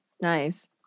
nice